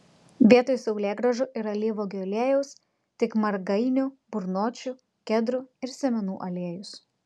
vietoj saulėgrąžų ir alyvuogių aliejaus tik margainių burnočių kedrų ir sėmenų aliejus